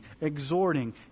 exhorting